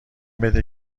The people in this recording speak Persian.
بده